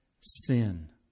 sin